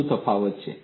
શું તફાવત છે